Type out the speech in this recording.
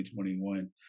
2021